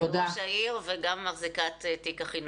כראש העיר וגם כמחזיקת תיק החינוך.